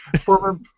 former